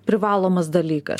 privalomas dalykas